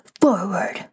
forward